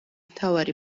მთავარი